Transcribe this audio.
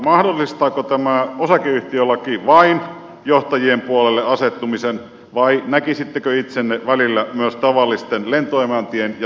mahdollistaako tämä osakeyhtiölaki vain johtajien puolelle asettumisen vai näkisittekö itsenne välillä myös tavallisten lentoemäntien ja stuerttien puolella